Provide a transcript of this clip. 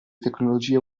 tecnologie